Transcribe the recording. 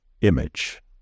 image